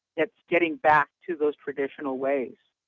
it's getting back to those traditional ways.